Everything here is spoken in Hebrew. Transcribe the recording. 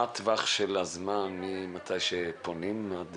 מה הטווח של הזמן ממתי שפונים עד